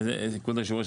כבוד היו"ר,